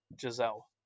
Giselle